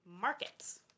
markets